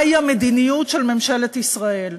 מהי המדיניות של ממשלת ישראל.